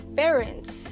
parents